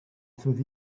through